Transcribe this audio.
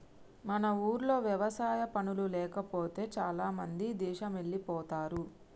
మన ఊర్లో వ్యవసాయ పనులు లేకపోతే చాలామంది దేశమెల్లిపోతారు